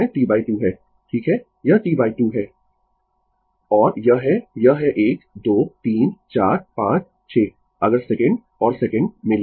यह T 2 है और यह है यह है 1 2 3 4 5 6 अगर सेकंड और सेकंड में लें